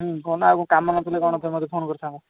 କହୁନ ଆଉ କାମ ନଥିଲେ କ'ଣ ତୁମେ ମୋ ମୋତେ ଫୋନ୍ କରିଥାନ୍ତ